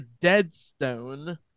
Deadstone